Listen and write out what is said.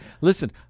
Listen